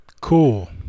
Cool